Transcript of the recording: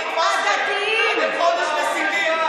מירב, מספיק לשקר.